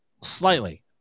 Slightly